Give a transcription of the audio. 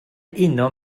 uno